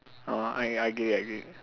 orh I I get it I get it